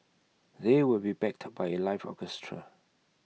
they will be backed by A live orchestra